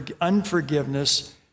unforgiveness